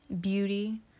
beauty